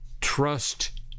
Trust